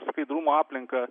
skaidrumo aplinką